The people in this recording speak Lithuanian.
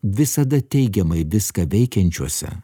visada teigiamai viską veikiančiuose